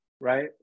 right